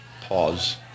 Pause